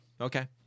okay